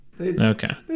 Okay